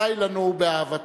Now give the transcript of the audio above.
די לנו באהבתנו,